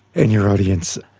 and your audience.